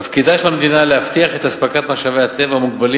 תפקידה של המדינה להבטיח את אספקת משאבי טבע מוגבלים